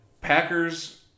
Packers